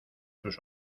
sus